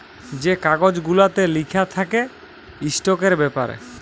যে কাগজ গুলাতে লিখা থ্যাকে ইস্টকের ব্যাপারে